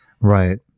right